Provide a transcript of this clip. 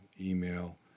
email